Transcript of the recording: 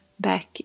back